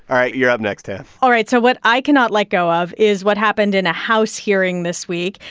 all right. you're up next, tam all right. so what i cannot let go of is what happened in a house hearing this week.